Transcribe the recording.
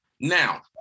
now